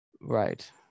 right